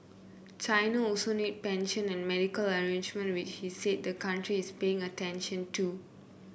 China also needs pension and medical arrangement which he said the country is paying attention to